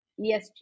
esg